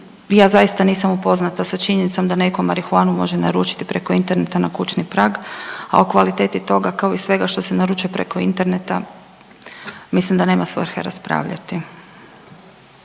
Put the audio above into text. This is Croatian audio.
Ja zaista nisam upoznata sa činjenicom da neko marihuanu može naručiti preko interneta na kućni prag, a o kvaliteti toga kao i svega što se naručuje preko interneta mislim da nema svrhe raspravljati.